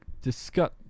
discuss